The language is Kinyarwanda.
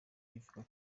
ivuga